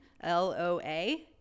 L-O-A